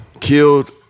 Killed